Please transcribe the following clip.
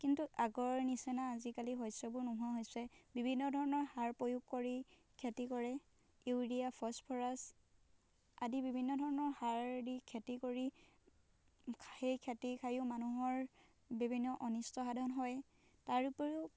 কিন্তু আগৰ নিচিনা আজিকালি শস্যবোৰ নোহোৱা হৈছে বিভিন্ন ধৰণৰ সাৰ প্ৰয়োগ কৰি খেতি কৰে ইউৰিয়া ফ'চফৰাছ আদি বিভিন্ন ধৰণৰ সাৰ দি খেতি কৰি সেই খেতি খাইয়ো মানুহৰ বিভিন্ন অনিষ্ট সাধন হয় তাৰ উপৰিও